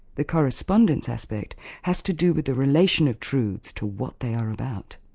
the correspondence aspect has to do with the relation of truths to what they are about.